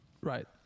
Right